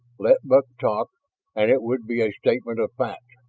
let buck talk and it would be a statement fact.